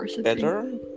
better